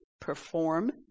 perform